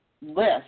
list